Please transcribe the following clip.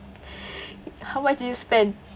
how much do you spend